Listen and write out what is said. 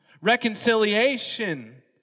Reconciliation